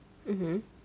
mmhmm